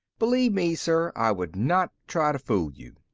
believe me, sir, i would not try to fool you.